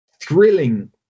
thrilling